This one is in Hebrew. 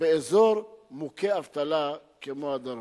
באזור מוכה אבטלה כמו הדרום.